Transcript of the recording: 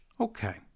Okay